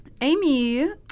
Amy